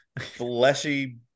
fleshy